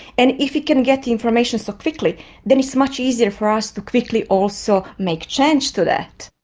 and if we can get the information so quickly then it's much easier for us to quickly also make changes to that.